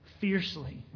fiercely